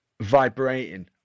vibrating